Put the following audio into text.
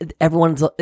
everyone's